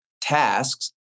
tasks